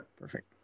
Perfect